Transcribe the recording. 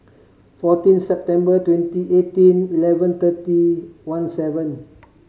fourteen September twenty eighteen eleven thirty one seven